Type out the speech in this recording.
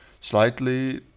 slightly